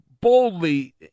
boldly